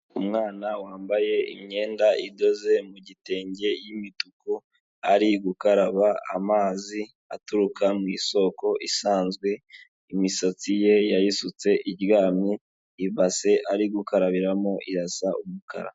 Umwana wambaye imyenda idoze mu gitenge y'imituku, ari gukaraba amazi aturuka mu isoko isanzwe, imisatsi ye yayisutse iryamye, ibase ari gukarabiramo irasa umukara.